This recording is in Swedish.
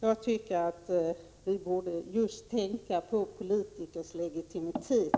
Jag tycker att vi borde tänka på politikers legitimitet.